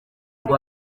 ngo